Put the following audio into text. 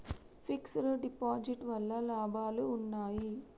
Fix డ్ deposit వల్ల లాభాలు ఉన్నాయి?